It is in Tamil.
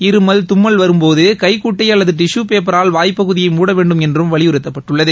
இருமல் தம்மல் வரும்போது கைஞட்டை அல்லது டிஷு பேப்பரால் வாய் பகுதியப மூட வேண்டும் என்றும் வலியுறுத்தப்பட்டுள்ளது